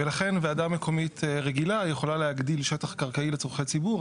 ולכן הוועדה המקומית רגילה יכולה להגדיל שטח קרקעי לצרכי ציבור,